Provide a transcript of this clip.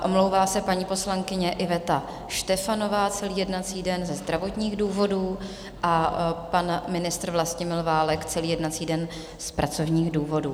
Omlouvá se paní poslankyně Iveta Štefanová celý jednací den ze zdravotních důvodů a pan ministr Vlastimil Válek celý jednací den z pracovních důvodů.